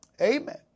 Amen